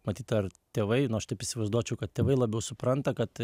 matyt ar tėvai nu aš taip įsivaizduočiau kad tėvai labiau supranta kad